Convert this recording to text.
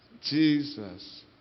Jesus